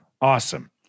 Awesome